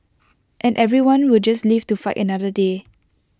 and everyone will just live to fight another day